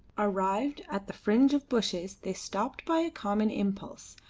arrived at the fringe of bushes they stopped by a common impulse,